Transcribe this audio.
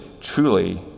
truly